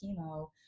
chemo